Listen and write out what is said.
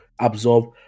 absorb